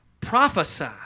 Prophesy